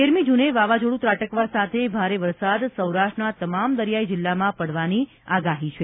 તેરમી જુને વાવાઝોડું ત્રાટકવા સાથે ભારે વરસાદ સૌરાષ્ટ્રના તમામ દરિયાઇ જિલ્લામાં પડવાની આગાહી છે